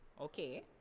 Okay